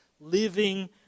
living